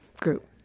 group